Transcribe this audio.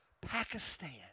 Pakistan